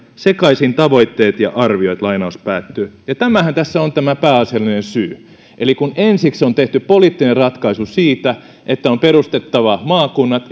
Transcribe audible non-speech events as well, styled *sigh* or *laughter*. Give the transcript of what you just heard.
sekaisin tavoitteet ja arviot ja tämähän tässä on tämä pääasiallinen syy eli kun ensiksi on tehty poliittinen ratkaisu siitä että on perustettava maakunnat *unintelligible*